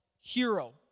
hero